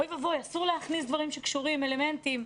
אוי ואבוי, אסור להכניס דברים שקשורים, אלמנטים.